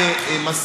אגב,